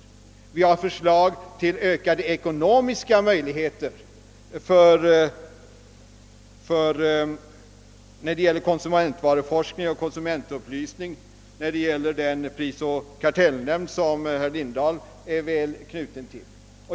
Vidare har vi föreslagit ökade ekonomiska resurser för konsumentvaruforskning och konsumentupplysning samt för verksamheten i den prisoch kartellnämnd som herr Lindahl är nära knuten till.